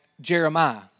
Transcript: Jeremiah